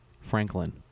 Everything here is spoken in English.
Franklin